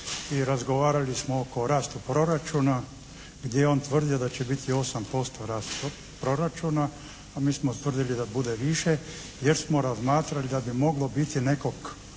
razgovarali smo oko rasta proračuna gdje je on tvrdio da će biti 8% proračuna, a mi smo tvrdili da bude više, jer smo razmatrali da bi moglo biti nekog